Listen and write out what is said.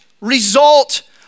result